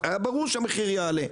היה ברור שהמחיר יעלה.